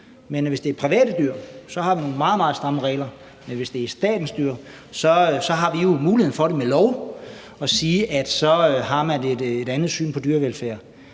dyr. Hvis det er private dyr, har vi nogle meget, meget stramme regler, men hvis det er statens dyr, har vi muligheden for med lov at sige, at så har man et andet syn på dyrevelfærd.